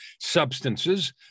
substances